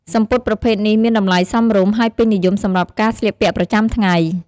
សំពត់ប្រភេទនេះមានតម្លៃសមរម្យ ហើយពេញនិយមសម្រាប់ការស្លៀកពាក់ប្រចាំថ្ងៃ។